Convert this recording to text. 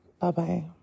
Bye-bye